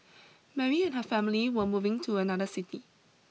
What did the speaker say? Mary and her family were moving to another city